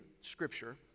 Scripture